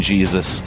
Jesus